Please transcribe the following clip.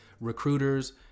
recruiters